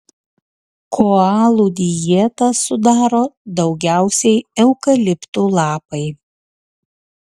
koalų dietą sudaro daugiausiai eukaliptų lapai